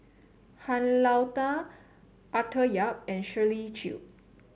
Han Lao Da Arthur Yap and Shirley Chew